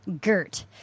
Gert